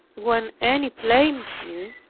when any blamed me,